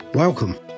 Welcome